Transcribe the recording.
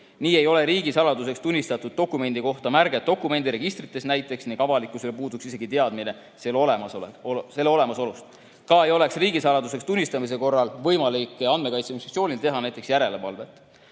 Nii ei ole riigisaladuseks tunnistatud dokumendi kohta märget näiteks dokumendiregistrites ning avalikkusel puuduks isegi teadmine selle olemasolust. Ka ei oleks riigisaladuseks tunnistamise korral võimalik Andmekaitse Inspektsioonil järelevalvet